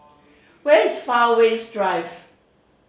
where is Fairways Drive